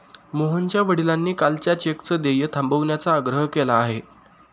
मोहनच्या वडिलांनी कालच्या चेकचं देय थांबवण्याचा आग्रह केला आहे